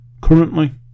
currently